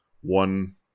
one